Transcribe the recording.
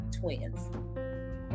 twins